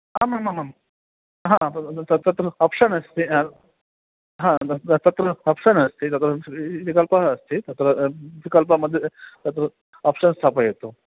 आमामामां हा तद् तत् तत्र आप्षन् अस्ति हा तद् तत्र आप्षन् अस्ति तत्र विकल्पः अस्ति तत्र विकल्प मध्ये तत्र आप्षन् स्थापयतु